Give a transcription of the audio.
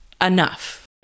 enough